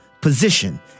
position